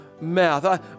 mouth